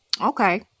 Okay